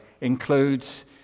includes